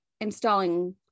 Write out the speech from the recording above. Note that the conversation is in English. installing